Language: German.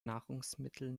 nahrungsmittel